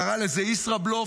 הוא קרא לזה ישראבלוף.